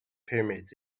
pyramids